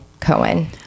Cohen